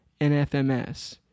NFMS